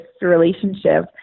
relationship